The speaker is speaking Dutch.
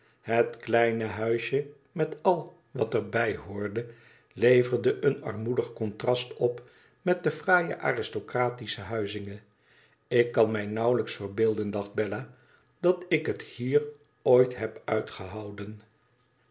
het kleine baisje met al wat er bij behoorde leverde een armoedig contrast op met de fraaie aristocratiche huizinge ik kan mij nauwelijks verbeelden dacht bella tdat ik het hier ooit heb uitgehouden